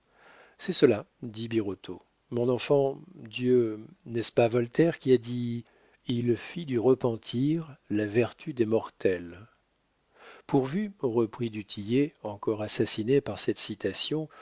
c'est cela dit birotteau mon enfant dieu n'est-ce pas voltaire qui a dit il fit du repentir la vertu des mortels pourvu reprit du tillet encore assassiné par cette citation